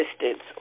assistance